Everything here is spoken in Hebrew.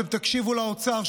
אתם תקשיבו לאוצר,